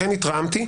לכן התרעמתי.